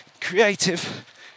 creative